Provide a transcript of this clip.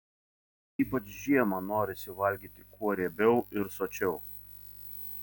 ypač žiemą norisi valgyti kuo riebiau ir sočiau